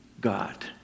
god